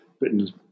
written